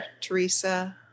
Teresa